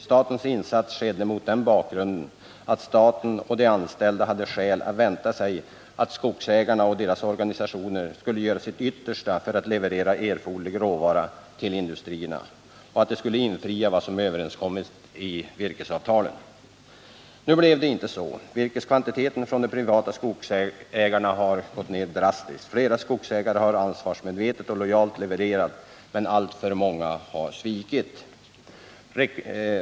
Statens insats skedde mot den bakgrunden att staten och de anställda hade skäl att vänta sig att skogsägarna och deras organisationer skulle göra sitt yttersta för att leverera erforderlig råvara till industrierna och att de skulle infria vad som Nu blev det inte så. Virkeskvantiteterna från de privata skog rna har gått ned drastiskt. Flera skogsägare har ansvarsmedvetet och lojalt levererat. men alltför många har svikit.